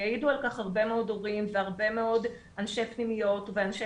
ויעידו על כך הרבה מאוד הורים והרבה מאוד אנשי פנימיות ואנשי